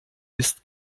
ist